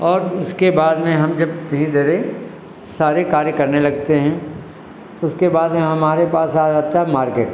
और उसके बाद में हम जब धीरे धीरे सारे कार्य करने लगते हैं उसके बाद यहाँ हमारे पास आ जाता है मार्केट